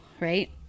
right